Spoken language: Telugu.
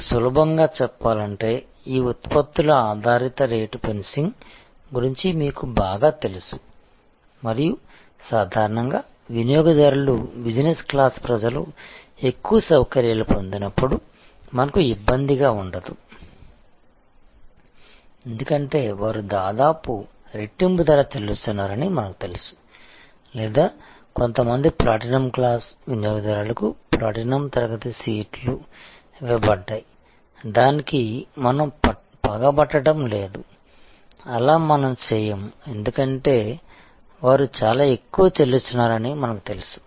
మీకు సులభంగా చూప్పాలంటే ఈ ఉత్పత్తుల ఆధారిత రేటు ఫెన్సింగ్ గురించి మీకు బాగా తెలుసు మరియు సాధారణంగా వినియోగదారులు బిజినెస్ క్లాస్ ప్రజలు ఎక్కువ సౌకర్యాలు పొందినప్పుడు మనకు ఇబ్బంది గా ఉండదు ఎందుకంటే వారు దాదాపు రెట్టింపు ధర చెల్లిస్తున్నారని మనకు తెలుసు లేదా కొంతమంది ప్లాటినం క్లాస్ వినియోగదారులకు ప్లాటినం తరగతి సీట్లు ఇవ్వబడ్డాయి దానికి మనం పగబట్టడం లేదు అలా మనం చేయము ఎందుకంటే వారు చాలా ఎక్కువ చెల్లిస్తున్నారని మనకి తెలుసు